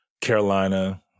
Carolina